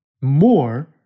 More